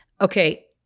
Okay